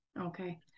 okay